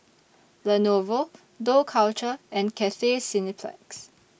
Lenovo Dough Culture and Cathay Cineplex